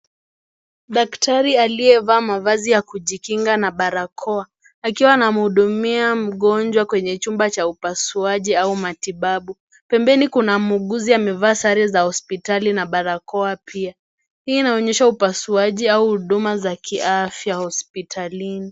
Daktari aliyevaa mavazi ya kujikinga na barakoa, akiwa anamhudumia mgonjwa kwenye chumba cha upasuaji au matibabu. Pembeni kuna muuguzi amevaa sare za hospitali na barakoa pia. Hii inaonyesha upasuaji au huduma za kiafya hospitalini.